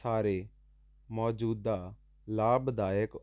ਸਾਰੇ ਮੌਜੂਦਾ ਲਾਭਦਾਇਕ